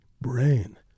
brain